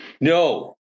No